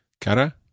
Cara